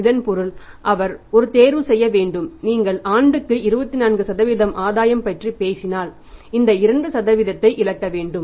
இதன் பொருள் அவர் ஒரு தேர்வு செய்ய வேண்டும் நீங்கள் ஆண்டு 24 ஆதாயம் பற்றி பேசினால் இந்த 2 ஐ இழக்க வேண்டும்